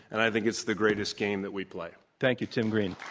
and i think it's the greatest game that we play. thank you, tim green.